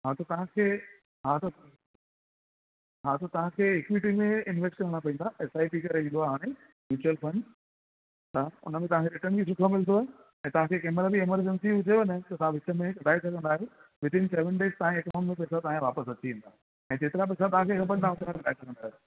हा त तव्हांखे हा त हा त तव्हांखे इक्वीटीअ में इन्वेस्ट करिणा पवंदा एफ आई पी करे ईंदो आहे हाणे म्यूचुअल फंड त हुन में तव्हांखे रिटर्न बि सुठो मिलंदव ऐं तव्हांखे कंहिं महिल बि इमर्जेंसी हुजेव न त तव्हां विच में कढाए सघंदा आहियो विद इन सेविन डेज तव्हांजे अकाउंट में पैसा तव्हांजा वापसि अची वेंदा ऐं जेतिरा पैसा तव्हांखे खपनि तव्हां ओतिरा कढाए सघंदा आहियो